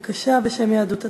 בבקשה, בשם יהדות התורה.